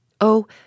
Oh